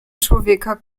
człowieka